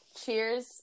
cheers